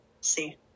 see